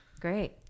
Great